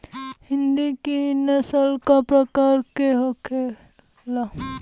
हिंदी की नस्ल का प्रकार के होखे ला?